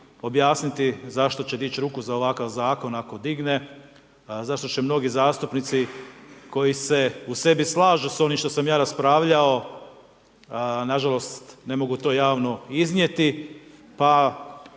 objasniti zašto će dići ruku za ovakav zakon ako digne, zašto će mnogi zastupnici koji se u sebi slažu s onim što sam ja raspravljao, nažalost, ne mogu to javno iznijeti, pa